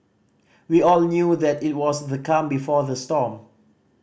we all knew that it was the calm before the storm